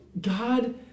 God